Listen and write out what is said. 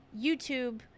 YouTube